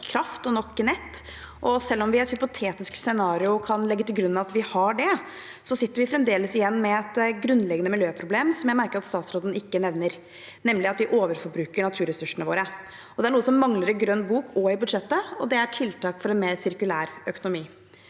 kraft og nok nett. Selv om vi i et hypotetisk scenario kan legge til grunn at vi har det, sitter vi fremdeles igjen med et grunnleggende miljøproblem som jeg merker at statsråden ikke nevner, nemlig at vi overforbruker naturressursene våre. Det er noe som mangler i grønn bok og i budsjettet: tiltak for en mer sirkulær økonomi.